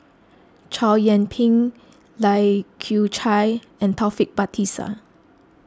Chow Yian Ping Lai Kew Chai and Taufik Batisah